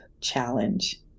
challenge